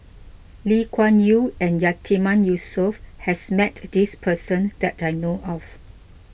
Lee Kuan Yew and Yatiman Yusof has met this person that I know of